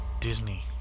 Disney